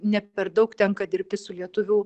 ne per daug tenka dirbti su lietuvių